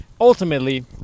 Ultimately